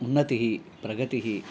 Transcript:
उन्नतिः प्रगतिः